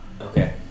Okay